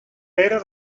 pera